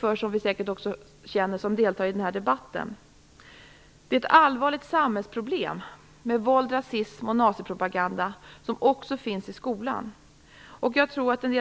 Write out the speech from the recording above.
Våld, rasism och nazipropaganda är ett allvarligt samhällsproblem som också finns i skolorna.